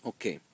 Okay